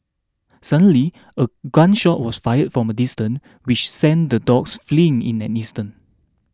suddenly a gun shot was fired from a distance which sent the dogs fleeing in an instant